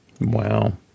Wow